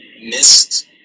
missed